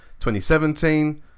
2017